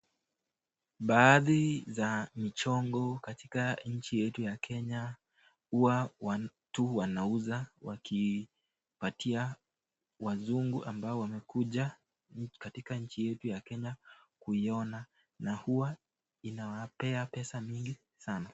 Baadhi za mchongo katika nchi yetu ya Kenya huwa watu wanauza wakipatia wazungu ambao wamekuja katika nchi yetu ya Kenya kuiona na huwa inawapea pesa mingi sana.